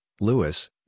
Lewis